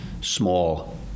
small